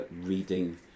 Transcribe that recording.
reading